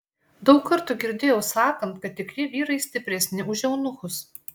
daug kartų girdėjau sakant kad tikri vyrai stipresni už eunuchus